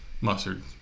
mustard